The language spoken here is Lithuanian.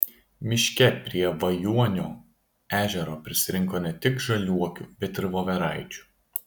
miške prie vajuonio ežero prisirinko ne tik žaliuokių bet ir voveraičių